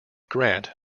grant